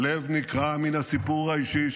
הלב נקרע מן הסיפור האישי,